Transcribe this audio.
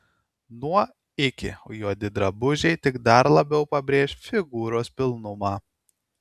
nuo iki juodi drabužiai tik dar labiau pabrėš figūros pilnumą